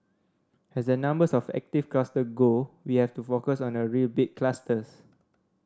has the numbers of active cluster go we have to focus on the real big clusters